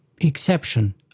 exception